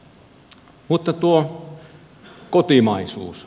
mutta tuo kotimaisuus